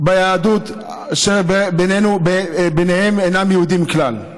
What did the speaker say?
ליהדות, שביניהם יש שאינם יהודים כלל.